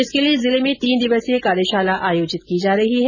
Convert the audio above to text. इसके लिए जिले में तीन दिवसीय कार्यशाला आयोजित की जा रही है